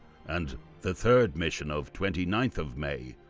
and the third mission of twenty ninth of may,